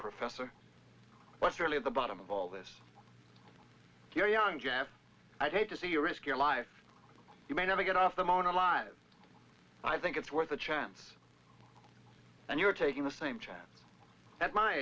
professor what's really at the bottom of all this here young gas i'd hate to see you risk your life you may never get off the mon alive i think it's worth a chance and you're taking the same chance at my